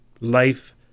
Life